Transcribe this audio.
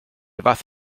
fath